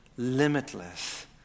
limitless